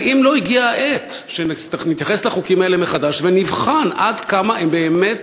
האם לא הגיעה העת שנתייחס לחוקים האלה מחדש ונבחן עד כמה הם באמת